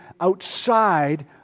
outside